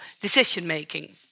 decision-making